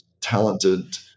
talented